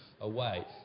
away